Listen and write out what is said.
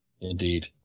Indeed